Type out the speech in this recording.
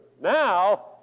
Now